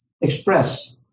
express